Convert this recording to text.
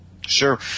sure